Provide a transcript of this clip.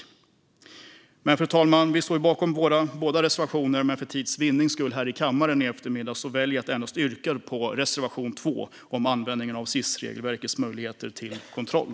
Fru talman! Jag står bakom båda våra reservationer, men för tids vinnande yrkar jag endast på reservation 2 om användningen av SIS-regelverkets möjligheter till kontroll.